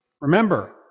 remember